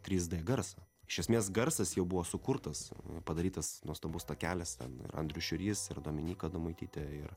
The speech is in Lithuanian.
trys d garsą iš esmės garsas jau buvo sukurtas padarytas nuostabus takelis ten ir andrius šiurys ir dominyka adomaitytė ir